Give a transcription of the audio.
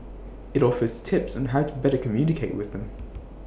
IT offers tips on how to better communicate with them